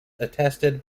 attested